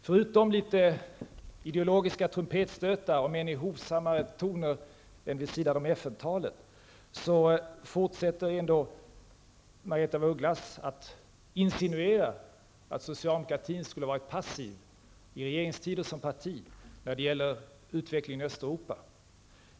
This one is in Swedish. Förutom ideologiska trumpetstötar, om än i hovsammare toner än vid sidan av FN-talet, fortsätter ändå Margaretha af Ugglas att insinuera att socialdemokratin skulle varit passiv, både i regeringen och som parti, när det gäller utvecklingen i Östeuropa.